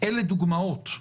אלה דוגמאות,